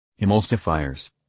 Emulsifiers